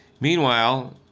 Meanwhile